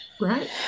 right